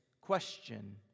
question